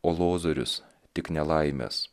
o lozorius tik nelaimes